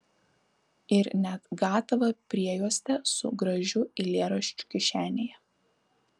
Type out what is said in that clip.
ir net gatavą priejuostę su gražiu eilėraščiu kišenėje